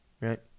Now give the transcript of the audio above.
right